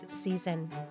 season